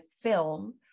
film